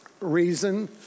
reason